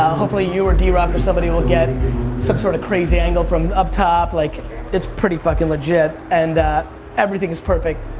ah hopefully you or derock or somebody will get some sort of crazy angle from up top, like it's pretty fucking legit. and everything is perfect.